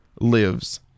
lives